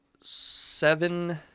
seven